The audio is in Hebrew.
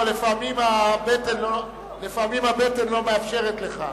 אבל לפעמים הבטן לא מאפשרת לך,